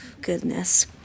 Goodness